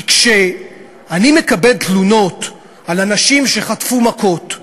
כי כשאני מקבל תלונות על אנשים שחטפו מכות,